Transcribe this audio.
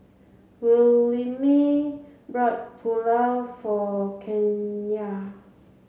Williemae bought Pulao for Kenia